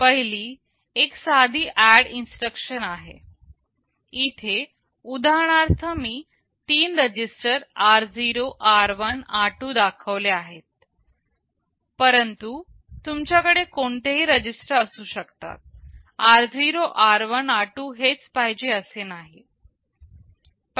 पहिली एक साधी ऍड इन्स्ट्रक्शन आहे इथे उदाहरणार्थ मी तीन रजिस्टर r0 r1 r2 दाखविले आहे परंतु तुमच्याकडे कोणतेही ही रजिस्टर असू शकतात r0 r1 r2 हेच पाहिजे असे नाही